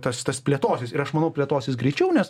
tas tas plėtosis ir aš manau plėtosis greičiau nes